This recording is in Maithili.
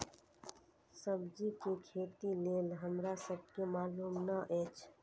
सब्जी के खेती लेल हमरा सब के मालुम न एछ?